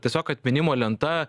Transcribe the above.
tiesiog atminimo lenta